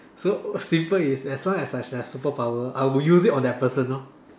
so simple is as long as I have superpower I will use it on the person lor